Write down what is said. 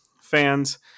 fans